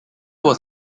was